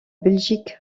belgique